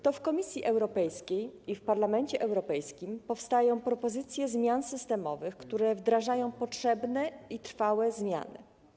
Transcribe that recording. To w Komisji Europejskiej i w Parlamencie Europejskim powstają propozycje zmian systemowych, które wdrażają potrzebne i trwałe zmiany.